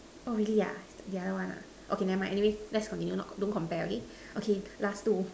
oh really ah the other one ah okay never mind anyway let's continue not don't compare okay okay last two